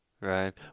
Right